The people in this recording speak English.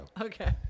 Okay